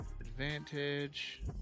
advantage